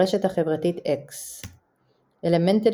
ברשת החברתית אקס אלמנטלי,